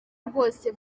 rwose